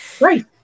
Right